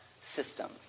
system